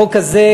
החוק הזה,